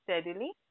steadily